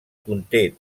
conté